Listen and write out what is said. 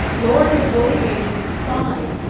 lowering the voting age is fine,